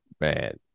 Man